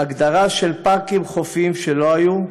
הגדרת פארקים חופיים שלא היו,